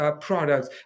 products